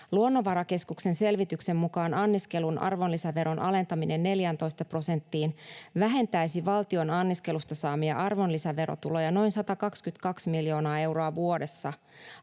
Luonnonvarakeskuksen selvityksen mukaan anniskelun arvonlisäveron alentaminen 14 prosenttiin vähentäisi valtion anniskelusta saamia arvonlisäverotuloja noin 122 miljoonaa euroa vuodessa.